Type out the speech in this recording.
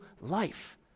life